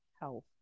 health